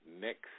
next